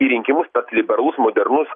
į rinkimus tas liberalus modernus